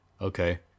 okay